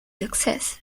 success